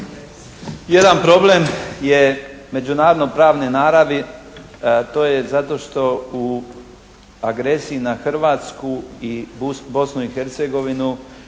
Jedan problem je međunarodnopravne naravi, to je zato što u agresiji na Hrvatsku i Bosnu i Hercegovinu